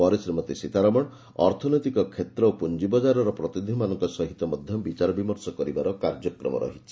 ପରେ ଶ୍ରୀମତୀ ସୀତାରମଣ ଅର୍ଥନୈତିକ କ୍ଷେତ୍ର ଓ ପୁଞ୍ଜିବଜାରର ପ୍ରତିନିଧିମାନଙ୍କ ସହିତ ମଧ୍ୟ ବିଚାରବିମର୍ଶ କରିବାର କାର୍ଯ୍ୟକ୍ରମ ରହିଛି